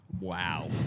Wow